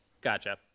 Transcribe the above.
Gotcha